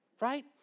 Right